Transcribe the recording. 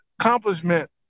accomplishment